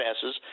passes